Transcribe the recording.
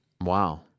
Wow